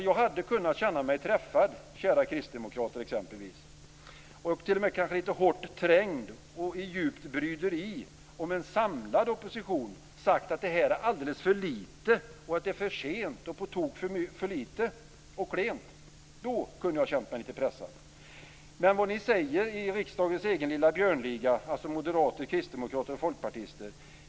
Jag hade kunnat känna mig träffad, kära kristdemokrater, och t.o.m. kanske hårt trängd och i djupt bryderi om en samlad opposition hade sagt att detta är alldeles för lite, för sent och på tok för klent! Då kunde jag ha känt mig lite pressad. Men vad säger ni i riksdagens egen lilla björnliga - moderater, kristdemokrater och folkpartister?